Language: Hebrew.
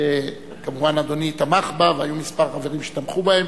שאדוני כמובן תמך בה והיו כמה חברים שתמכו בה.